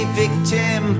victim